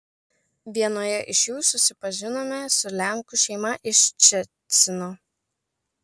vienoje iš jų susipažinome su lenkų šeima iš ščecino